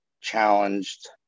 challenged